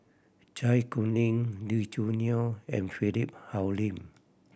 Zai Kuning Lee Choo Neo and Philip Hoalim